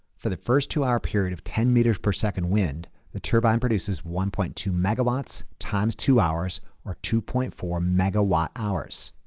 for the first two hour period of ten meters per second wind, the turbine produces one point two megawatts times two hours or two point four megawatt hours.